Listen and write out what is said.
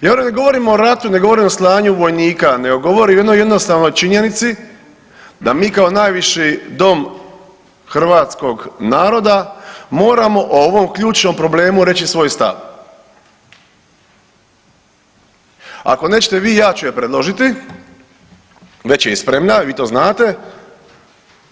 Ja ne govorim o ratu, ne govorim o slanju vojnika nego govorim o jednoj jednostavnoj činjenici da mi kao najviši dom hrvatskog naroda moramo o ovom ključnom problemu reći svoj stav ako nećete vi, ja ću je predložiti već je i spremna, vi to znate,